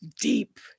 deep